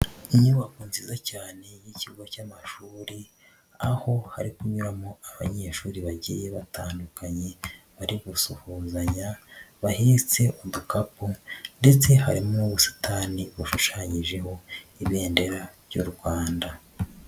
Inyubako nziza cyane y'ikigo cy'amashuri, aho hari kunyuramo abanyeshuri bagiye batandukanye bari gusuzanya, bahetse udukapu ndetse harimo ubusitani bashushanyijeho ibendera ry'u Rwanda.